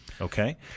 Okay